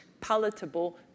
palatable